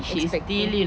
expecting